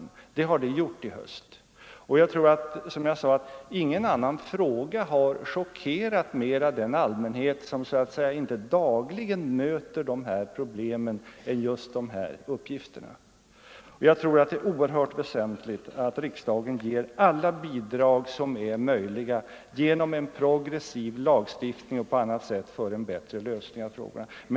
Nu i höst har det blivit bekant. Som jag tidigare sade tror jag att inga andra uppgifter har chockerat allmänheten mera, den allmänhet som inte dagligen möter dessa problem. Jag tror att det är oerhört väsentligt att riksdagen ger alla bidrag som är möjliga att ge, att den genomför en progressiv lagstiftning och på annat sätt arbetar för en bättre lösning på dessa problem.